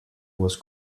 was